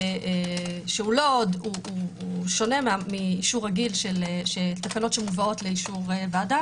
ששונה מתקנות שמובאות לאישור ועדה